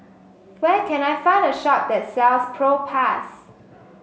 where can I find a shop that sells Propass